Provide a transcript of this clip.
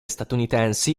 statunitensi